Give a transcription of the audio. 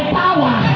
power